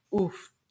oof